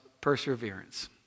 perseverance